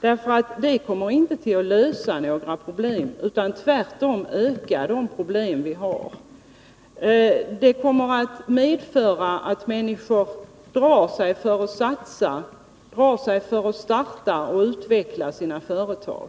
Det kommer nämligen inte att lösa några problem. Tvärtom ökar de problem vi redan har. Det kommer att medföra att människor drar sig för att satsa, att de drar sig för att starta och utveckla sina företag.